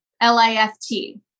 L-I-F-T